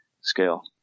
scale